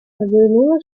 повернула